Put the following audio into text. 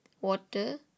water